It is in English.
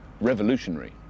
revolutionary